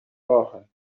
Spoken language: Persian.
راهن